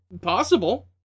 possible